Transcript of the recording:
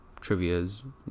trivias